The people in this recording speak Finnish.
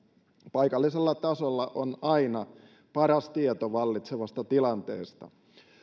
paikallisella tasolla on aina paras tieto vallitsevasta tilanteesta